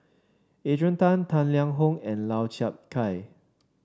Adrian Tan Tang Liang Hong and Lau Chiap Khai